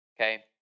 okay